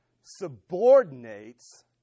subordinates